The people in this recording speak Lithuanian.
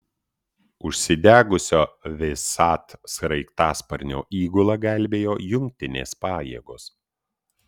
užsidegusio vsat sraigtasparnio įgulą gelbėjo jungtinės pajėgos